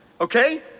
okay